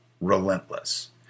relentless